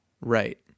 Right